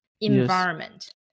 environment